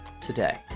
today